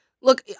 look